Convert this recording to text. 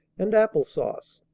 and apple-sauce.